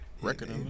record